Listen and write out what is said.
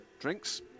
drinks